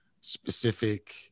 specific